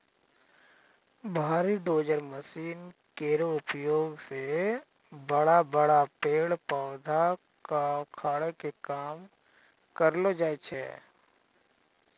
भारी dozer machine केरो उपयोग सें बड़ा बड़ा पेड़ पौधा क उखाड़े के काम करलो जाय छै